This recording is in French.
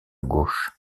gauche